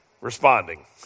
responding